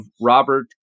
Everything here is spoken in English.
Robert